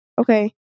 Okay